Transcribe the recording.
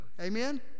Amen